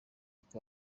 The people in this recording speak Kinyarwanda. uko